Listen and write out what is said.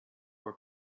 were